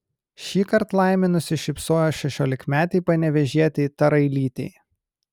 šįkart laimė nusišypsojo šešiolikametei panevėžietei tarailytei